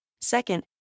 Second